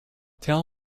tell